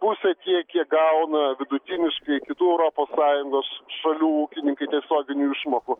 pusė tiek kiek gauna vidutiniškai kitų europos sąjungos šalių ūkininkai tiesioginių išmokų